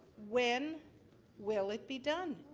when will it be done?